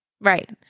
Right